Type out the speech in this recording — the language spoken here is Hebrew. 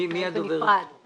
המדינה משווקת קרקע